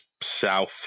south